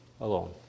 alone